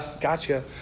gotcha